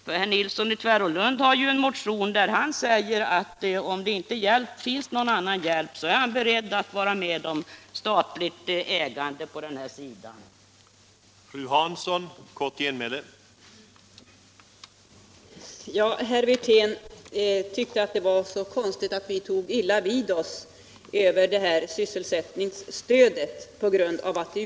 Herr Nilsson i Tvärålund har en motion där han säger att om det inte finns någon annan lösning så är han beredd att vara med om ett statligt ägande i den här branschen.